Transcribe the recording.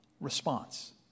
response